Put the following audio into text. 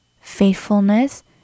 faithfulness